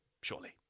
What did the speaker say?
Surely